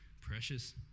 precious